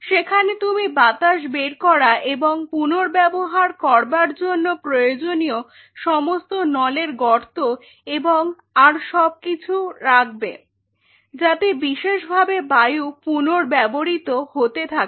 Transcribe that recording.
সেখানে তুমি বাতাস বের করা এবং পুনর্ব্যবহার করবার জন্য প্রয়োজনীয় সমস্ত নলের গর্ত এবং আর সবকিছু রাখবে যাতে বিশেষভাবে বায়ু পুনর্ব্যবহৃত হতে থাকে